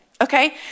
okay